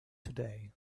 today